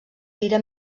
tira